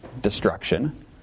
destruction